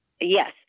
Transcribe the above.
Yes